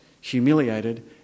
humiliated